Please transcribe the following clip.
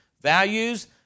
Values